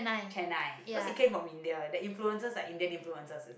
chennai because it came from India the influences like Indian influences